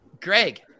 Greg